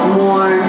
more